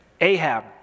Ahab